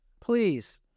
Please